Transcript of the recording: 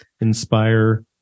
inspire